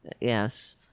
Yes